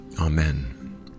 Amen